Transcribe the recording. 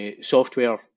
Software